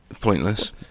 Pointless